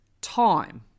Time